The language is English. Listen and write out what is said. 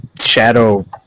shadow